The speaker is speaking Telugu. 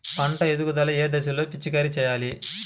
పంట ఎదుగుదల ఏ దశలో పిచికారీ చేయాలి?